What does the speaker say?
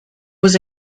was